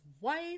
wife